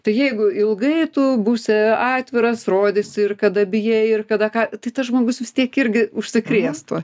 tai jeigu ilgai tu būsi atviras rodysi ir kada bijai ir kada ką tai tas žmogus vis tiek irgi užsikrėstų